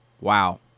Wow